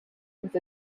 with